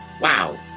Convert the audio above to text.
wow